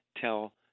tell